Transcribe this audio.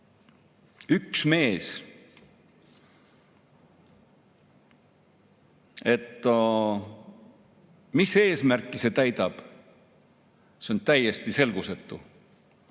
üks mees, mis eesmärki see täidab? See on täiesti selgusetu.